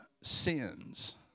sins